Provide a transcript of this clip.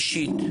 אישית,